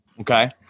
Okay